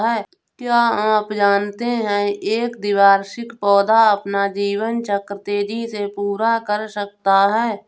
क्या आप जानते है एक द्विवार्षिक पौधा अपना जीवन चक्र तेजी से पूरा कर सकता है?